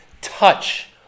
touch